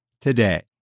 today